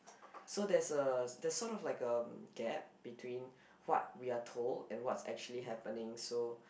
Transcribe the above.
so there's a there's sort of like um gap between what we are told and what's actually happening so